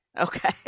Okay